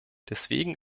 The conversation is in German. deswegen